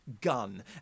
gun